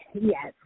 Yes